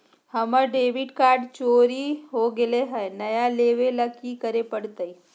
हमर debit card चोरी हो गेले हई, नया लेवे ल की करे पड़तई?